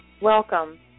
Welcome